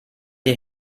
die